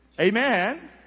Amen